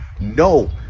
No